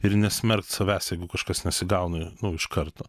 ir nesmerkt savęs jeigu kažkas nesigauna nu iš karto